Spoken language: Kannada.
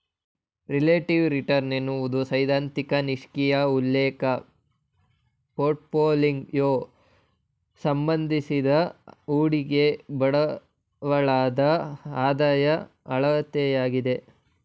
ರಿಲೇಟಿವ್ ರಿಟರ್ನ್ ಎನ್ನುವುದು ಸೈದ್ಧಾಂತಿಕ ನಿಷ್ಕ್ರಿಯ ಉಲ್ಲೇಖ ಪೋರ್ಟ್ಫೋಲಿಯೋ ಸಂಬಂಧಿಸಿದ ಹೂಡಿಕೆ ಬಂಡವಾಳದ ಆದಾಯ ಅಳತೆಯಾಗಿದೆ